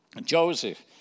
Joseph